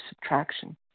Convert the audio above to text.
subtraction